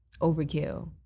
overkill